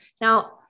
now